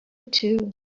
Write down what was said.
too